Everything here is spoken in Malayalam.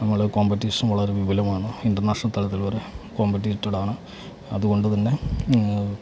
നമ്മൾ കോംപറ്റീഷൻ വളരെ വിപുലമാണ് ഇൻറ്റർനാഷണൽ തലത്തിൽ വരെ കോംപറ്റീറ്റഡ് ആണ് അതുകൊണ്ട് തന്നെ